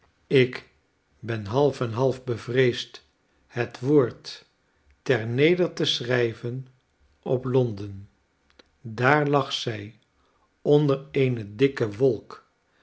ik ben half en half bevreesd het woord terneder te schrijven op londen daar lag zij onder eene dikke wolk